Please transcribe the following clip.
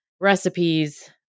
recipes